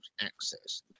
access